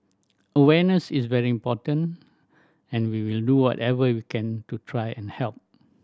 awareness is very important and we will do whatever we can to try and help